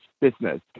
business